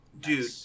Dude